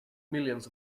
millions